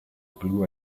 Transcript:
blue